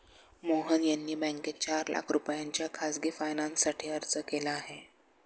मोहन यांनी बँकेत चार लाख रुपयांच्या खासगी फायनान्ससाठी अर्ज केला आहे